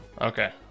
Okay